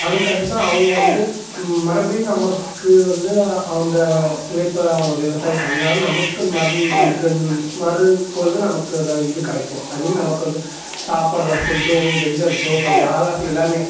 அதுக்காக அவங்க வந்து மறுபடியும் வந்து அந்த உழைப்பை அவங்க விவசாயம் பண்ணால் தான் நமக்கு நமக்கு மறு பொழுது நமக்கு ஒரு இது கிடைக்கும் ஐ மீன் நமக்கு வந்து சாப்பிடுற ஃபுட்டோ வெஜிடபுள்ஸ்ஸோ ஸோ ஆல் ஆஃப் யூ எல்லாமே